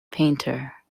painter